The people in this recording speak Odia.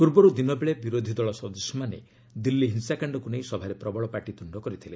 ପୂର୍ବରୁ ଦିନ ବେଳେ ବିରୋଧୀ ଦଳ ସଦସ୍ୟମାନେ ଦିଲ୍ଲୀ ହିଂସାକାଶ୍ଡକୁ ନେଇ ସଭାରେ ପ୍ରବଳ ପାଟିତୁଣ୍ଡ କରିଥିଲେ